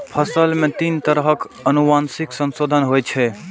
फसल मे तीन तरह सं आनुवंशिक संशोधन होइ छै